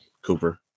Cooper